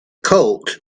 colt